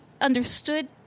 understood